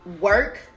work